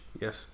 Yes